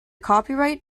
copyright